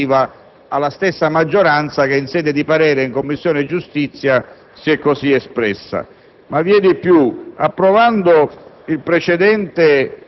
Riteniamo che l’indicazione data dalla Commissione giustizia del Senato debba essere rispettata sopprimendo, quindi, le parole